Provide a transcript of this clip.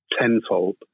tenfold